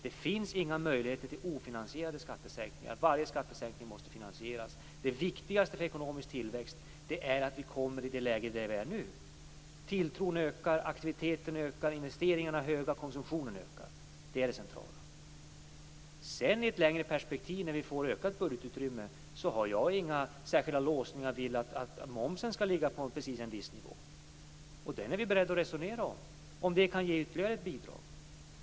Det finns inga möjligheter till ofinansierade skattesänkningar. Varje skattesänkning måste finansieras. Det viktigaste för ekonomisk tillväxt är att vi kommer i det läge där vi är nu. Tilltron ökar, aktiviteten ökar, investeringarna är höga och konsumtionen ökar. Det är det centrala. I ett längre perspektiv, när vi får ökat budgetutrymme, har jag inga särskilda låsningar till att momsen skall ligga exakt på en viss nivå. Det är vi beredda att resonera om, om det kan ge ytterligare bidrag.